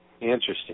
Interesting